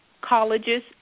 colleges